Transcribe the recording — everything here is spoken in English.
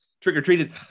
trick-or-treated